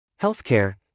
Healthcare